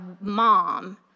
mom